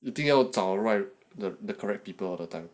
一定要找 right the the correct people all the time